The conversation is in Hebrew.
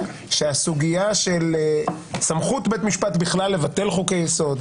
שהסוגיה של סמכות בית משפט לבטל חוקי יסוד,